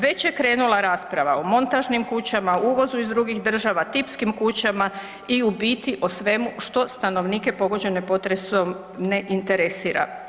Već je krenula rasprava o montažnim kućama, uvozu iz drugih država, tipskim kućama i u biti o svemu što stanovnike pogođene potresom ne interesira.